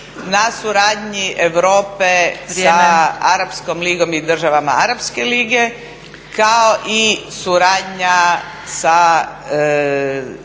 Vrijeme./… … Arapskom ligom i državama Arapske lige kao i suradnja sa